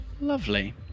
Lovely